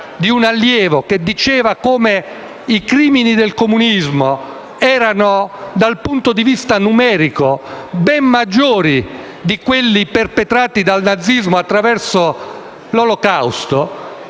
di un allievo, che diceva che i crimini del comunismo erano, dal punto di vista numerico, ben maggiori di quelli perpetrati dal nazismo attraverso l'Olocausto,